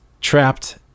trapped